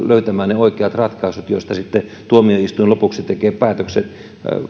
löytämään ne oikeat ratkaisut joista tuomioistuin lopuksi tekee päätökset